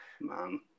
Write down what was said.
man